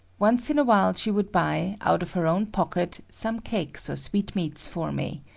once in, a while she would buy, out of her own pocket, some cakes or sweetmeats for me.